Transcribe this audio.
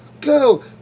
Go